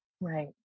Right